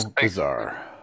bizarre